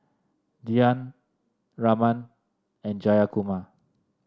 Dhyan Raman and Jayakumar